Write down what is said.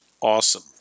awesome